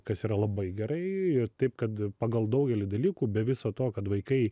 kas yra labai gerai ir taip kad pagal daugelį dalykų be viso to kad vaikai